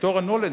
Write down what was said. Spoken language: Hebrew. ויקטוריה נולנד,